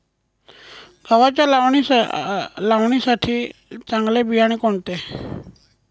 गव्हाच्या लावणीसाठी चांगले बियाणे कोणते?